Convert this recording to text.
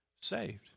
saved